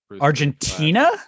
Argentina